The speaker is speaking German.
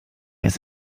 ist